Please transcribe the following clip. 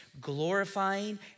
glorifying